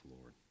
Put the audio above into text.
Lord